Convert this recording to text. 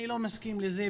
אני לא מסכים לזה.